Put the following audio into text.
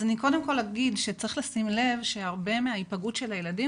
אז קודם כל אגיד שצריך לשים לב שהרבה מההיפגעות של הילדים,